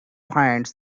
finds